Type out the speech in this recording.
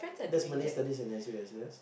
there's Malay studies in S_U_S_S